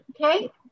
Okay